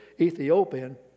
Ethiopian